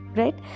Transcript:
right